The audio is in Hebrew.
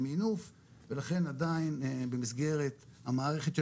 במינוף ולכן עדיין במסגרת המערכת של